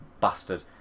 bastard